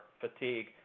fatigue